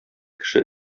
кеше